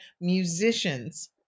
musicians